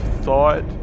thought